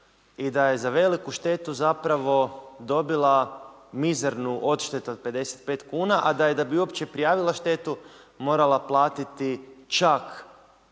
i da je za veliku štetu zapravo dobila mizernu odštetu od 55 kuna, a da je da bi uopće prijavila štetu morala platiti čak